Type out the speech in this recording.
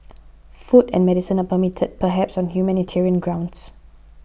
food and medicine are permitted perhaps on humanitarian grounds